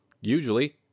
Usually